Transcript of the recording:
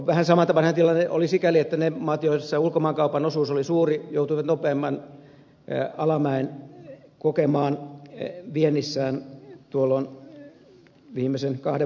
vähän samantapainen tilanne oli sikäli että ne maat joissa ulkomaankaupan osuus oli suuri joutuivat nopeamman alamäen kokemaan viennissään tuolloin viimeisen kahden vuoden aikana